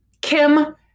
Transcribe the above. Kim